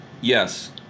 yes